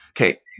Okay